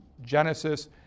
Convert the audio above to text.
Genesis